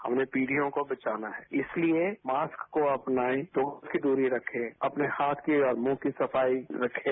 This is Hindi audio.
अगली पीढियों को बचाना है इसलिए मास्क को अपनाएं दो गज की दूरी रखें अपनी हाथ की और मुंह की सफाई रखें